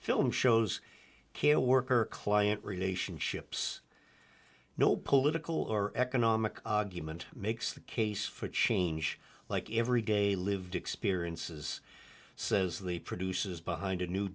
film shows care worker client relationships no political or economic argument makes the case for change like every day lived experiences says the produces behind a new